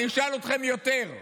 אני אשאל אתכם יותר: